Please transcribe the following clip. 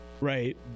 Right